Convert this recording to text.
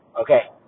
Okay